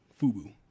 FUBU